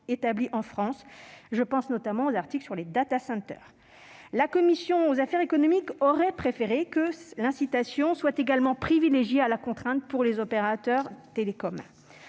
établies en France- je pense notamment aux articles sur les. La commission des affaires économiques aurait préféré que l'incitation soit également préférée à la contrainte pour les opérateurs télécoms.